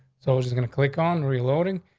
so we're just gonna click on reloading.